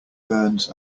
burns